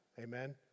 Amen